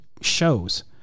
shows